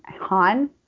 Han